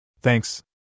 Thanks